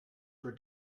for